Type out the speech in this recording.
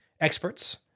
experts